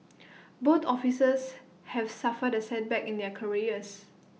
both officers have suffered A setback in their careers